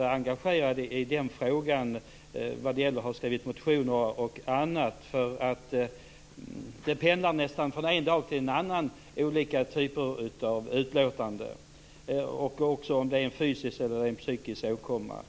engagerad i den frågan. Jag har skrivit motioner och annat. Det pendlar nästan från en dag till en annan när det gäller olika typer av utlåtanden om det är en fysisk eller psykisk åkomma.